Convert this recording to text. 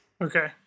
Okay